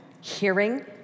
hearing